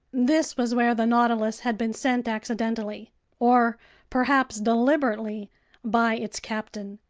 this was where the nautilus had been sent accidentally or perhaps deliberately by its captain.